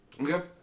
Okay